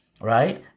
right